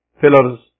pillars